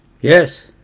Yes